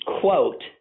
quote